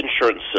insurance